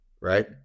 right